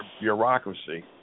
bureaucracy